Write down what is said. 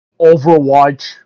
Overwatch